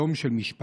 יום של משפחה,